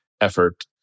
effort